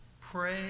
Pray